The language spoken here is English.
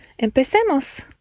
Empecemos